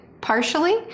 partially